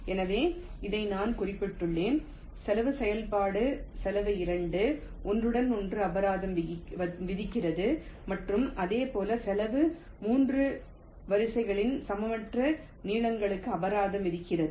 எனவே இதை நான் குறிப்பிட்டுள்ளேன் செலவு செயல்பாட்டு செலவு 2 ஒன்றுடன் ஒன்று அபராதம் விதிக்கிறது மற்றும் இதேபோல் செலவு 3 வரிசைகளின் சமமற்ற நீளங்களுக்கு அபராதம் விதிக்கிறது